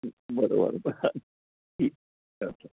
बरोबर बरं ठीक अच्छा